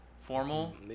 Formal